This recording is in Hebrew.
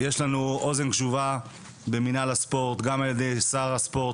יש לנו אוזן קשבת במינהל הספורט גם משר הספורט,